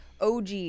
OG